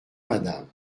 madame